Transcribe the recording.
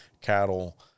cattle